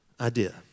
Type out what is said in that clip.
idea